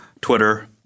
Twitter